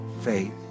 faith